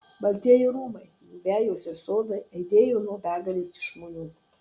baltieji rūmai jų vejos ir sodai aidėjo nuo begalės žmonių